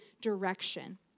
direction